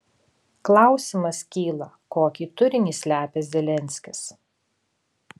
klausimas kyla kokį turinį slepia zelenskis